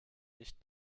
nicht